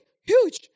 huge